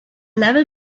level